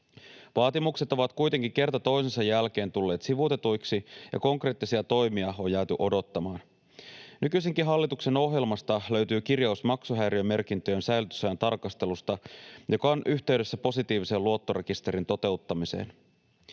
Vaatimukset ovat kuitenkin kerta toisensa jälkeen tulleet sivuutetuiksi ja konkreettisia toimia on jääty odottamaan. Nykyisenkin hallituksen ohjelmasta löytyy kirjaus maksuhäiriömerkintöjen säilytysajan tarkastelusta, joka on yhteydessä positiivisen luottorekisterin toteuttamiseen.